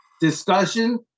discussion